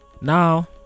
now